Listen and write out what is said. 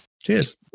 Cheers